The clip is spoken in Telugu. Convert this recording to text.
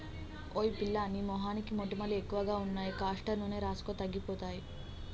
ఓయ్ పిల్లా నీ మొహానికి మొటిమలు ఎక్కువగా ఉన్నాయి కాస్టర్ నూనె రాసుకో తగ్గిపోతాయి